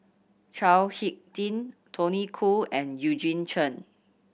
Chao Hick Tin Tony Khoo and Eugene Chen